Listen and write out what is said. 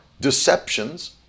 deceptions